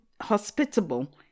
hospitable